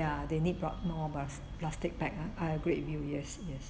ya they need brought more plas~ plastic bag ah I agree with you yes yes